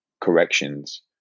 corrections